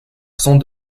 sont